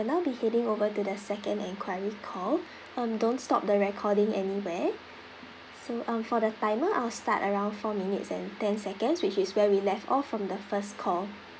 now be heading over to the second enquiry call um don't stop the recording anywhere so um for the timer I'll start around four minutes and ten seconds which is where we left off from the first call